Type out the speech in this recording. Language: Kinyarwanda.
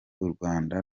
urwanda